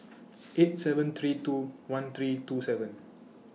eight seven three two one three two seven